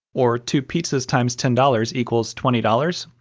or two pizzas times ten dollars equals twenty dollars?